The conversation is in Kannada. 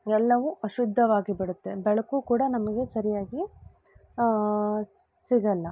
ಎಲ್ಲವೂ ಅಶುದ್ಧವಾಗಿ ಬಿಡುತ್ತೆ ಬೆಳಕೂ ಕೂಡ ನಮಗೆ ಸರಿಯಾಗಿ ಸಿಗಲ್ಲ